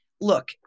look